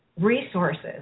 resources